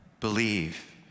believe